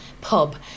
pub